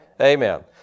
Amen